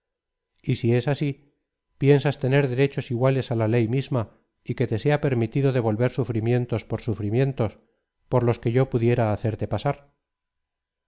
sí así es piensas tener derechos igua les á la ley misma y que te sea permitido devolver sufrimientos por sufrimientos por los que yo pudiera hacerte pasar